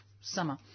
summer